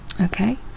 okay